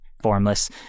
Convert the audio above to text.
formless